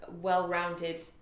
well-rounded